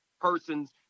person's